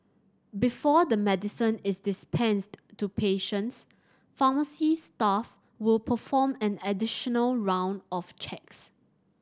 before the medicine is dispensed to patients pharmacy staff will perform an additional round of checks